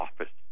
office